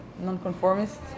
Nonconformist